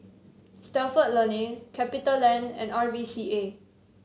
Stalford Learning Capitaland and R V C A